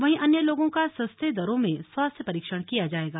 वहीं अन्य लोगों का सस्ते दरों में स्वास्थ्य परीक्षण किया जाएगा